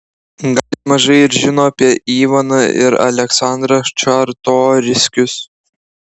gal jis mažai ir žino apie ivaną ir aleksandrą čartoriskius